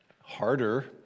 harder